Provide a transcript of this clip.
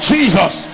Jesus